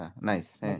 Nice